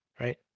Right